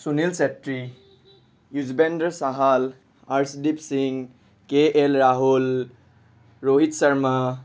Sunil Chhetri Yuzvendra Chahal Arshdeep Singh K L Rahul Rohit Sharma